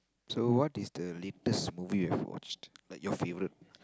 so what is the latest movie you've watched like your favourite